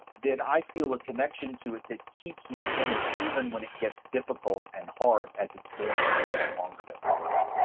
then i feel a connection to it that keeps me in it even when it gets difficult and hard, as it's going to do the longer that we work at